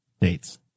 Dates